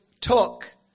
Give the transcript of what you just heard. took